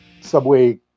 Subway